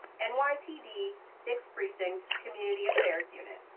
and nypd sixth precinct community affairs unit.